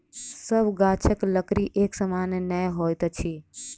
सभ गाछक लकड़ी एक समान नै होइत अछि